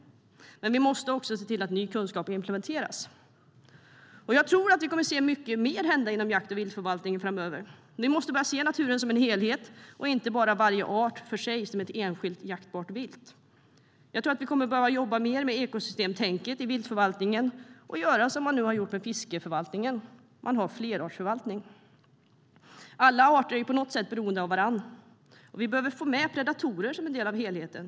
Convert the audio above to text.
Men vi måste också se till att ny kunskap implementeras. Jag tror att vi kommer att se mycket mer hända inom jakt och viltförvaltning framöver. Vi måste börja se naturen som en helhet och inte bara varje art för sig som ett enskilt jaktbart vilt. Jag tror att vi behöver jobba mer med ekosystemtänket i viltförvaltningen och göra som man nu börjat göra inom fiskeriförvaltningen där man har flerartsförvaltning. Alla arter är ju på något sätt beroende av varandra, och vi behöver få med predatorer som en del i helheten.